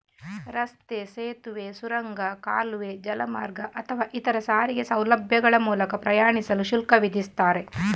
ರಸ್ತೆ, ಸೇತುವೆ, ಸುರಂಗ, ಕಾಲುವೆ, ಜಲಮಾರ್ಗ ಅಥವಾ ಇತರ ಸಾರಿಗೆ ಸೌಲಭ್ಯಗಳ ಮೂಲಕ ಪ್ರಯಾಣಿಸಲು ಶುಲ್ಕ ವಿಧಿಸ್ತಾರೆ